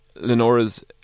Lenora's